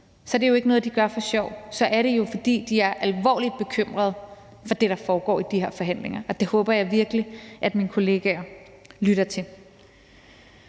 fordi det er noget, de gør for sjov, men så er det, fordi de er alvorligt bekymrede for det, der foregår i de her forhandlinger, og det håber jeg virkelig at mine kollegaer lytter til.